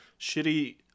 shitty